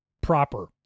proper